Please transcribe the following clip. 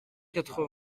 quatre